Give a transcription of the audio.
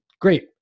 great